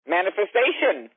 Manifestation